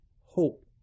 Hope